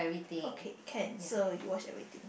okay can so you watch everything